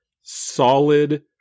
solid